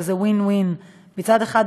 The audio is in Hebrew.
וזה win-win: מצד אחד,